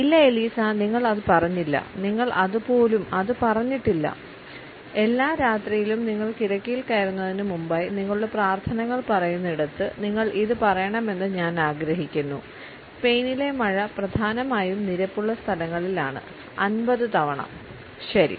ഇല്ല എലിസ നിങ്ങൾ അത് പറഞ്ഞില്ല നിങ്ങൾ അത് പോലും അത് പറഞ്ഞിട്ടില്ല എല്ലാ രാത്രിയിലും നിങ്ങൾ കിടക്കയിൽ കയറുന്നതിന് മുമ്പായി നിങ്ങളുടെ പ്രാർത്ഥനകൾ പറയുന്നിടത്ത് നിങ്ങൾ ഇത് പറയണമെന്ന് ഞാൻ ആഗ്രഹിക്കുന്നു സ്പെയിനിലെ മഴ പ്രധാനമായും നിരപ്പുള്ള സ്ഥലങ്ങളിലാണ് 50 തവണ ശരി